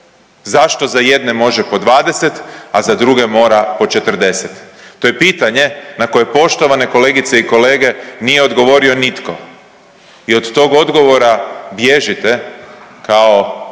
zašto za jedne može po 20, a za druge mora po 40? To je pitanje na koje poštovane kolegice i kolege nije odgovorio nitko i od tog odgovora bježite kao